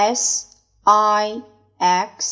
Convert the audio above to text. six